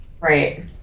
Right